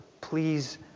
please